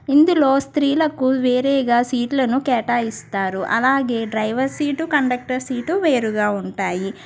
ఇందులో స్త్రీలకు వేరేగా సీట్లను కేటాయిస్తారు అలాగే డ్రైవర్ సీటు కండక్టర్ సీటు వేరుగా ఉంటాయి